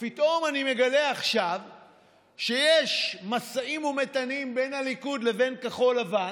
ופתאום אני מגלה עכשיו שיש משאים ומתנים בין הליכוד לבין כחול לבן,